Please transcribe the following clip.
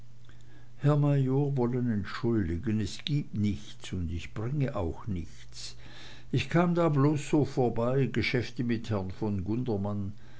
wollen entschuldigen es gibt nichts und ich bringe auch nichts ich kam da bloß so vorbei geschäfte mit herrn von gundermann